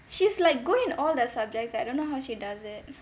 she's like good in all the subjects eh I don't know how she does it